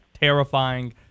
terrifying